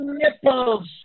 nipples